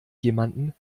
jemanden